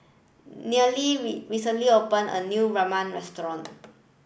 Neely recently opened a new Ramen restaurant